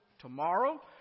tomorrow